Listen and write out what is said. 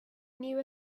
knew